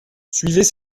suivez